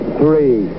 three